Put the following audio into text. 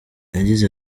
yagize